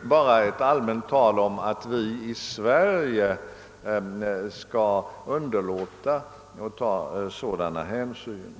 med ett allmänt tal om att vi i Sverige inte skall underlåta att ta sådana hänsyn.